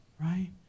Right